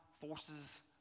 forces